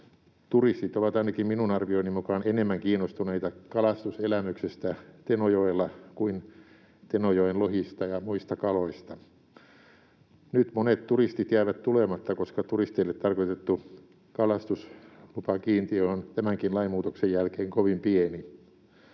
Turistit ovat ainakin minun arvioni mukaan enemmän kiinnostuneita kalastuselämyksestä Tenojoella kuin Tenojoen lohista ja muista kaloista. Nyt monet turistit jäävät tulematta, koska turisteille tarkoitettu kalastuslupakiintiö on tämänkin lainmuutoksen jälkeen kovin pieni.